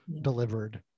delivered